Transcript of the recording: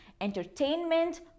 entertainment